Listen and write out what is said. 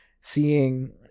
seeing